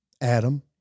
Adam